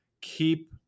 keep